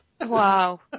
Wow